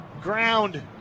ground